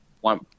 one